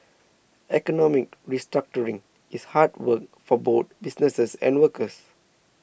economic restructuring is hard work for both businesses and workers